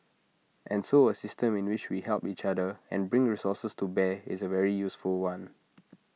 and so A system in which we help each other and bring resources to bear is A very useful one